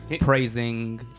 praising